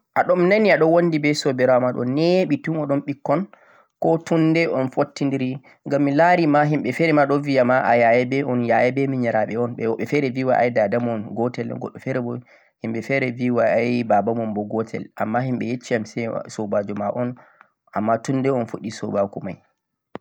mi nani a ɗo wonndi be soobiraawo ma ɗo ne'ɓi tun on ɗon ɓikkoy, ko tun nday un fottidiri?, ngam mi laari ma himɓe feere ma ɗo biya a yaya be miyiraaɓe un, woɓɓe feere bo bi ay dada mon gootel un, himɓe feere bi bo baaban mon bo gootel, ammaa himɓe yecci yam soobaajo ma un, ammaa tun day on puɗɗi sobaku may?